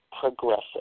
progressive